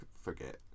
forget